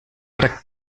arc